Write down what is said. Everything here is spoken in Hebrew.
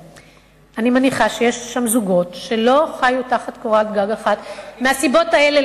אני מניחה שיש שם זוגות שלא חיו תחת קורת גג אחת מהסיבות האלה,